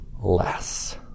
less